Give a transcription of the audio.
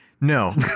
No